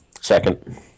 Second